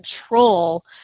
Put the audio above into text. control